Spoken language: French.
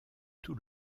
tout